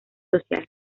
social